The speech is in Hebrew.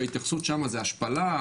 שההתייחסות שם זה השפלה,